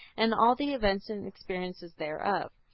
and all the events and experiences thereof.